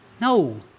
No